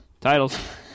titles